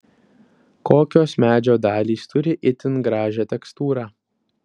kokios medžio dalys turi itin gražią tekstūrą